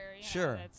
Sure